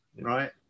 right